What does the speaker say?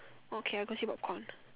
okay I go see popcorn